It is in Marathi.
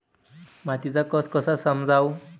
मातीचा कस कसा समजाव?